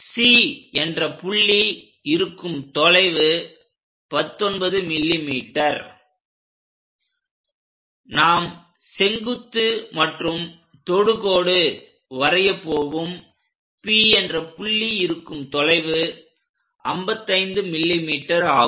C என்ற புள்ளி இருக்கும் தொலைவு 19 mm நாம் செங்குத்து மற்றும் தொடுகோடு வரைய போகும் P என்ற புள்ளி இருக்கும் தொலைவு 55 mm ஆகும்